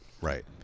right